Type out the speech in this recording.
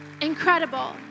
Incredible